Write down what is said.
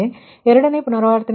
ಎರಡನೇ ಪುನರಾವರ್ತನೆಯ ನಂತರ V2 0